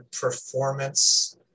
performance